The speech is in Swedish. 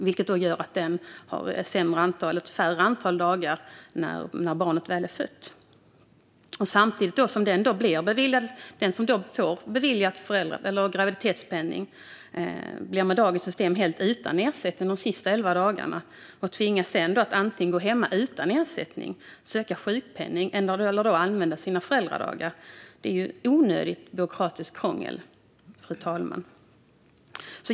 Det gör att den har ett färre antal dagar kvar när barnet väl är fött. Samtidigt blir den som beviljas graviditetspenning med dagens system helt utan ersättning de sista elva dagarna och tvingas sedan antingen gå hemma utan ersättning, söka sjukpenning eller använda sina föräldradagar. Det är onödigt byråkratiskt krångel, fru talman.